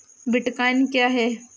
Bitcoin क्या है?